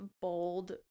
bold